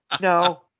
No